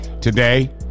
Today